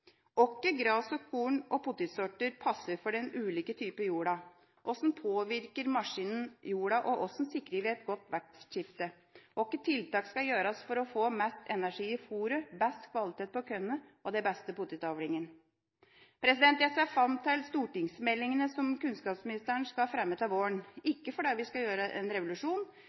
gras-, korn- og potetsorter passer for de ulike typer jord? Hvordan påvirker maskiner jorda, og hvordan sikrer vi godt vekstskifte? Hvilke tiltak skal gjøres for å få mest energi i fôret, best kvalitet på kornet og de beste potetavlingene? Jeg ser fram til stortingsmeldingene som kunnskapsministeren skal fremme til våren – ikke fordi vi skal gjøre en revolusjon,